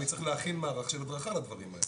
אני צריך להכין מערך של הדרכה לדברים האלה.